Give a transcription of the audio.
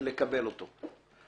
לקבל אותו,